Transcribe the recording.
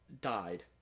died